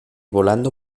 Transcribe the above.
volando